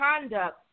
conduct